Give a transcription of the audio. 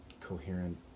coherent